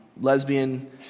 lesbian